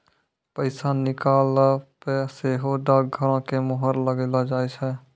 पैसा निकालला पे सेहो डाकघरो के मुहर लगैलो जाय छै